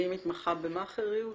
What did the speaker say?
והיא מתמחה במאכעריות?